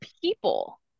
people